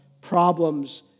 problems